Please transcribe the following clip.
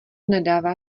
nedává